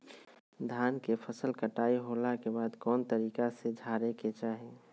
धान के फसल कटाई होला के बाद कौन तरीका से झारे के चाहि?